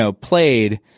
played